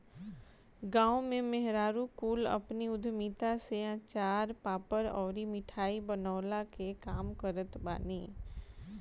गांव में मेहरारू कुल अपनी उद्यमिता से अचार, पापड़ अउरी मिठाई बनवला के काम करत बानी